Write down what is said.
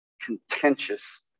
contentious